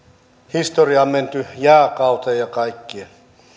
historiaan menty jääkauteen ja kaikkeen